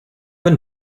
been